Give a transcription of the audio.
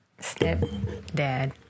stepdad